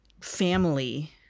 family